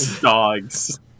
dogs